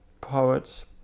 poets